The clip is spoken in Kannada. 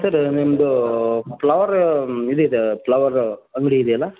ಸರ್ ನಿಮ್ಮದು ಫ್ಲವರ್ ಇದಿದೆ ಫ್ಲವರ್ ಅಂಗಡಿ ಇದೆಯಲ್ಲ